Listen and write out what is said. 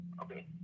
okay